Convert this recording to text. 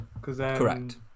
correct